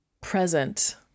present